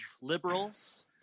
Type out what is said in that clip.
liberals